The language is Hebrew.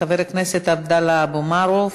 חבר הכנסת עבדאללה אבו מערוף,